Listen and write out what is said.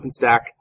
OpenStack